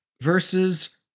versus